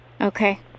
Okay